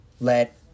let